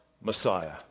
Messiah